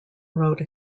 wrote